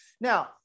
Now